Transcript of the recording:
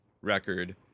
record